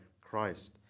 Christ